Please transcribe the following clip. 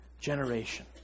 generation